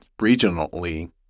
regionally